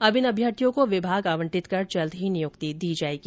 अब इन अभ्यर्थियों को विभाग आवंटित कर जल्द ही नियुक्ति दी जाएगी